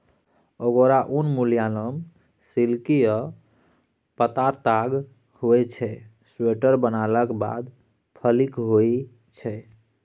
अगोरा उन मुलायम, सिल्की आ पातर ताग होइ छै स्वेटर बनलाक बाद फ्लफी होइ छै